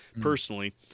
personally